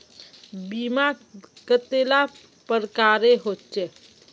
बीमा कतेला प्रकारेर होचे?